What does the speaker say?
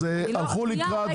אז הלכו לקראת